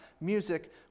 music